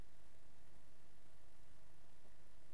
רחבה